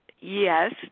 Yes